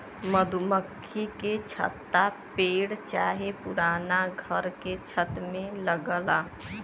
मधुमक्खी के छत्ता पेड़ चाहे पुराना घर के छत में लगला